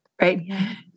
Right